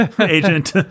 agent